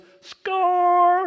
Score